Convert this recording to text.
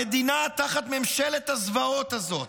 המדינה, תחת ממשלת הזוועות הזאת,